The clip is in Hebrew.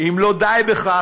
אם לא די בכך,